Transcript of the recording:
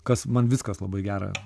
kas man viskas labai gera